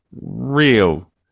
real